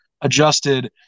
adjusted